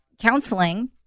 counseling